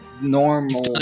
normal